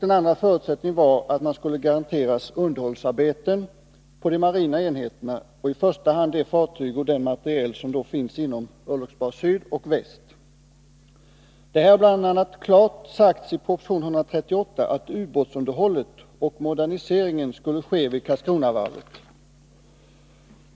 Den andra förutsättningen var att varvet skulle garanteras underhållsarbeten på de marina enheterna, i första hand avseende de fartyg och den materiel som finns inom örlogsbas Syd och örlogsbas Väst. Det har bl.a. klart sagts i proposition 138 att ubåtsunderhållet och moderniseringen skulle ske vid Karlskronavarvet.